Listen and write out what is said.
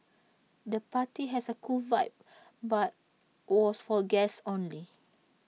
the party has A cool vibe but was for guests only